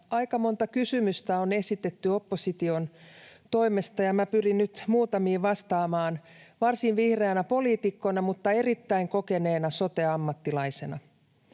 Aika monta kysymystä on esitetty opposition toimesta, ja minä pyrin nyt muutamiin vastaamaan varsin vihreänä poliitikkona mutta erittäin kokeneena sote-ammattilaisena.